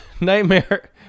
Nightmare